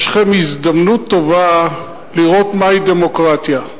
יש לכם הזדמנות טובה לראות מהי דמוקרטיה.